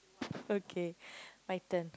okay my turn